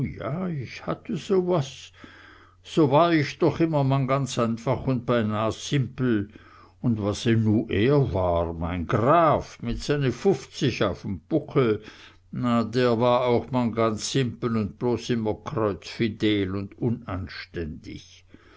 ich hatte so was so war ich doch immer man ganz einfach un beinah simpel un was nu er war mein graf mit seine fuffzig auf m puckel na der war auch man ganz simpel und bloß immer kreuzfidel un unanständig